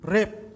Rape